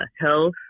health